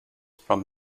from